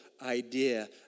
idea